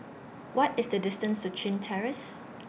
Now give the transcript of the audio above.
What IS The distance to Chin Terrace